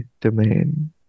domain